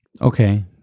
Okay